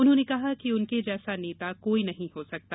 उन्होंने कहा कि उनके जैसा नेता कोई नहीं हो सकता